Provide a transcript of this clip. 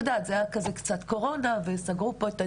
את יודעת, זה היה בתקופה של הקורונה וסגרו פה.